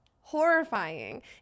horrifying